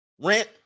rent